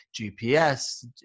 GPS